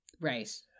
Right